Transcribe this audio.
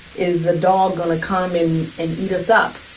is the dog going to come and and eat us up?